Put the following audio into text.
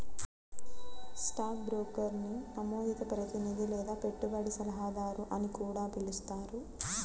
stock బ్రోకర్ని నమోదిత ప్రతినిధి లేదా పెట్టుబడి సలహాదారు అని కూడా పిలుస్తారు